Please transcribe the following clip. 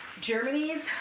Germany's